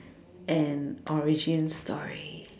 and origin story